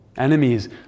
Enemies